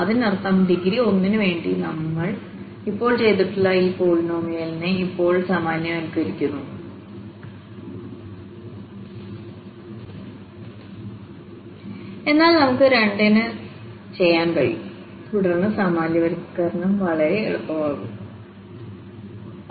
അതിനർത്ഥം ഡിഗ്രി 1 ന് വേണ്ടി നമ്മൾ ഇപ്പോൾ ചെയ്തിട്ടുള്ള ഈ പോളിനോമിയലിനെ ഇപ്പോൾ സാമാന്യവൽക്കരിക്കുന്നു എന്നാൽ നമുക്ക് 2 ന് ചെയ്യാൻ കഴിയും തുടർന്ന് സാമാന്യവൽക്കരണം വളരെ എളുപ്പമായിരിക്കും